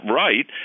right